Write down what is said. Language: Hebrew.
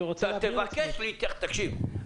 תקשיב,